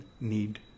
need